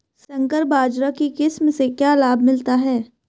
संकर बाजरा की किस्म से क्या लाभ मिलता है?